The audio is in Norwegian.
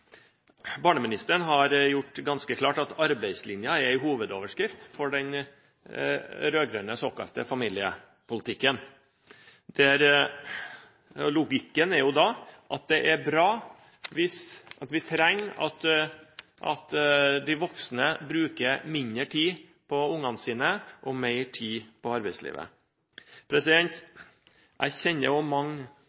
Barneministeren har gjort det ganske klart at arbeidslinjen er en hovedoverskrift for den rød-grønne såkalte familiepolitikken. Logikken er da at vi trenger at de voksne bruker mindre tid på ungene sine og mer tid på